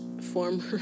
former